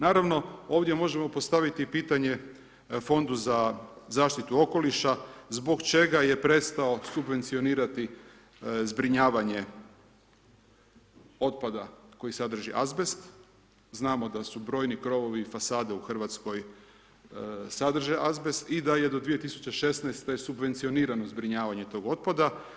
Naravno, ovdje možemo postaviti pitanje Fondu za zaštitu okoliša, zbog čega je prestao subvencionirati zbrinjavanje otpada koji sadrži azbest, znamo da su brojni krovovi i fasade u Hrvatskoj sadrže azbest i da je do 2016. subvencionirano zbrinjavanje tog otpada.